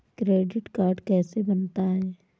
Credit card कैसे बनता है?